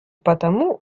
потому